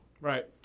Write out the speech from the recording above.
Right